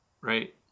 right